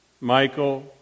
Michael